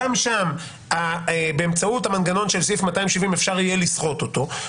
הרבה פעמים באמצעות המנגנון של סעיף 270 אפשר יהיה לסחוט אותו,